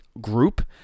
group